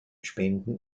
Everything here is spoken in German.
spenden